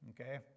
okay